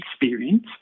experience